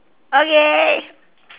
okay